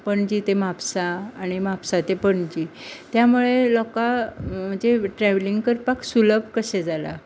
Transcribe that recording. पणजी ते म्हापसा आनी म्हापसा ते पणजी त्यामुळे लोकांक म्हणजे ट्रॅव्हलिंग करपाक सुलभ कशें जाला